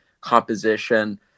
composition